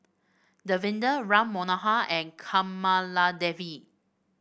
Davinder Ram Manohar and Kamaladevi